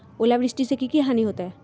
ओलावृष्टि से की की हानि होतै?